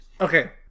Okay